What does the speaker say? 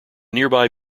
nearby